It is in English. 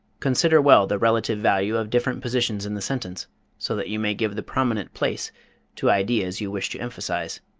consider well the relative value of different positions in the sentence so that you may give the prominent place to ideas you wish to emphasize.